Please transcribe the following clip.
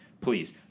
Please